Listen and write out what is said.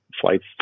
flights